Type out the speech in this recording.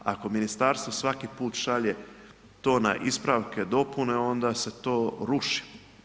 Ako ministarstvo svaki put šalje to na ispravke, dopune, onda se to ruši.